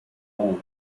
lone